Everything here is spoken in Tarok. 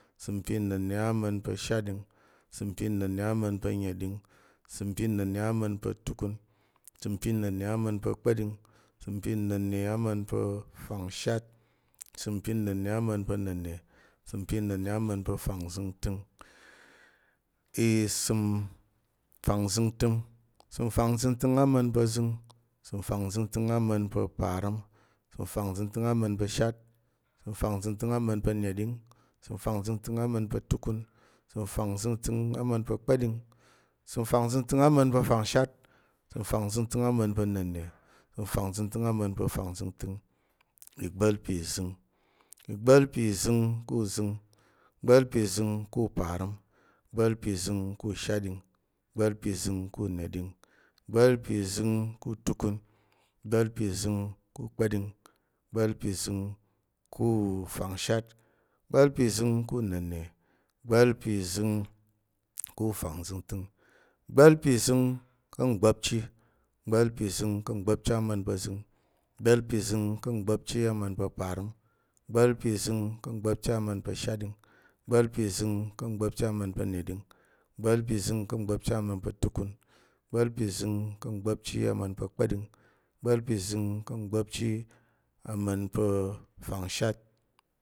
Isəm pi na̱nne ama̱n pa̱ shatɗing, isəm pi na̱nne ama̱n pa̱ neɗing, isəm pi na̱nne ama̱n pa̱ tukun, isəm pi na̱nne ama̱n pa̱ kpa̱ɗing, isəm pi na̱nne ama̱n pa̱ fangshat, isəm pi na̱nne ama̱n pa̱ na̱nne, isəm pi na̱nne ama̱n pa̱ fangzəngtəng isəm fangzəntəng, isəm fangzəngtəng ama̱n pa̱ zəng, isəm fangzəngtəng ama̱n pa̱ parəm, isəm fangzəngtəng ama̱n pa̱ shatɗing, isəm fangzəngtəng ama̱n pa̱ neɗing, isəm fangzəngtəng ama̱n pa̱ tukun, isəm fangzəngtəng ama̱n pa̱ kpa̱ɗing, isəm fangzəngtəng ama̱n pa̱ fangshat, isəm fangzəngtəng ama̱n pa̱ na̱nne, isəm fangzəngtəng ama̱n pa̱ fangzəngtəng, igba̱l pi zəng, igba̱l pi zəng ku zəng, igba̱l pi zəng ku parəm, igba̱l pi zəng ku shatɗing, igba̱l pi zəng ku neɗing, igba̱l pi zəng ku tukun, igba̱l pi zəng ku kpaɗing, igba̱l pi zəng ku fangshat, igba̱l pi zəng ku na̱nne, igba̱l pi zəng ku fangzəngtəng, igba̱l pi zəng ka̱ ngba̱pchi, igba̱l pi zəng ka̱ ngba̱pchi ama̱n pa̱ zəng, igba̱l pi zəng ka̱ ngba̱pchi ama̱n pa̱ parəm, igba̱l pi zəng ka̱ ngba̱pchi ama̱n pa̱ shatɗing, igba̱l pi zəng ka̱ ngba̱pchi ama̱n pa̱ neɗing, igba̱l pi zəng ka̱ ngba̱pchi ama̱n pa̱ tukun, igba̱l pi zəng ka̱ ngba̱pchi ama̱n pa̱ kpa̱ɗing, igba̱l pi zəng ka̱ ngba̱pchi ama̱n pa̱ fangshat,